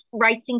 Writing